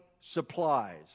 supplies